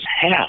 half